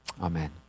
Amen